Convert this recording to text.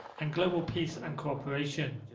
and global peace and cooperation.